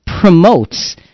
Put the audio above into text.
promotes